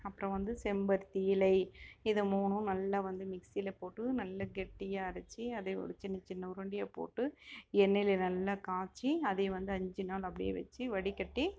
அப்புறம் வந்து செம்பருத்தி இலை இதை மூணும் நல்லா வந்து மிக்ஸியில் போட்டு நல்லா கெட்டியாக அரைச்சி அது ஒரு சின்ன சின்ன உருண்டையாக போட்டு எண்ணெயில் நல்லா காய்ச்சி அதையும் வந்து அஞ்சு நாள் அப்படியே வச்சு வடிக்கட்டி